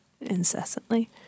incessantly